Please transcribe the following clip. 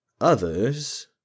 Others